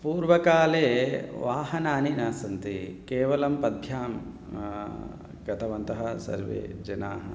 पूर्वकाले वाहनानि न सन्ति केवलं पदभ्यां गतवन्तः सर्वे जनाः